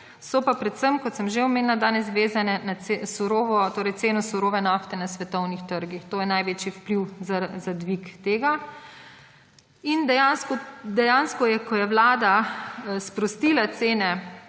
so pa predvsem, kot sem že omenila, danes vezane na ceno surove nafte na svetovnih trgih. To je največji vpliv za dvig tega. Ko je vlada sprostila cene